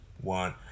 one